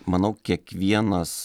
manau kiekvienas